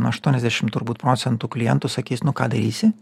aštuoniasdešimt turbūt procentų klientų sakys nu ką darysi